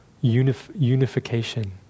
unification